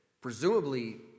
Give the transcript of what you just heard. Presumably